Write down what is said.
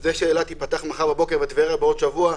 אם אילת תיפתח מחר בבוקר וטבריה בעוד שבוע,